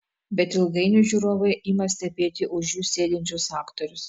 bet ilgainiui žiūrovai ima stebėti už jų sėdinčius aktorius